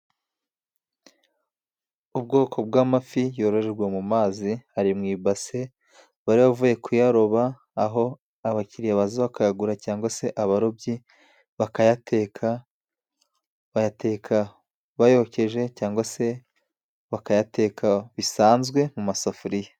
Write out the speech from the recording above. Ubwoko bwa mafi yororerwa mu mazi aru mu ibase bari bavuye kuyaroba aho abakiriya baza bakayagura cyangwa se abarobyi bakayateka bayateka bayokeje cyangwa se bakayateka bisanzwe mu masafuriya.